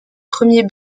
premiers